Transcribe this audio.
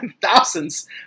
thousands